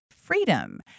Freedom